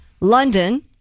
London